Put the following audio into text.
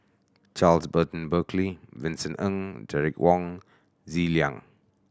Charles Burton Buckley Vincent Ng Derek Wong Zi Liang